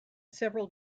several